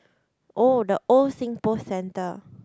oh the old SingPost centre